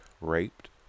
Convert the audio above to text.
raped